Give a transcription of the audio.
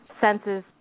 senses